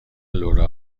لورا